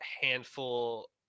handful